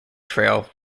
trail